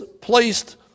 placed